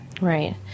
right